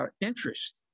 interest